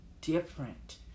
different